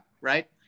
right